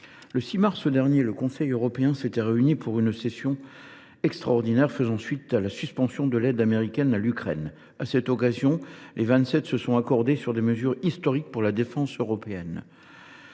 Le 6 mars dernier, le Conseil européen s’était réuni pour une session extraordinaire à la suite de la suspension de l’aide américaine à l’Ukraine. À cette occasion, les Vingt Sept se sont accordés sur des mesures historiques pour la défense européenne.